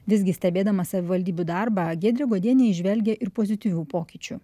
visgi stebėdama savivaldybių darbą giedrė godienė įžvelgia ir pozityvių pokyčių